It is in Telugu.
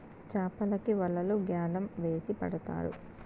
చాపలకి వలలు గ్యాలం వేసి పడతారు